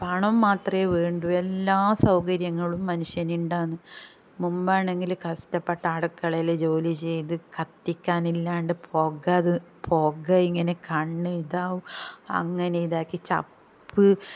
പണം മാത്രമേ വേണ്ടൂ എല്ലാ സൗകര്യങ്ങളും മനുഷ്യനൂണ്ടാണ് മുമ്പാണെങ്കിൽ കഷ്ടപ്പെട്ട് അടുക്കളയിൽ ജോലി ചെയ്ത് കത്തിക്കാനില്ലാണ്ട് പുക പുക ഇങ്ങനെ കണ്ണിൽ ഇതാവും അങ്ങനെ ഇതാക്കി ചപ്പ്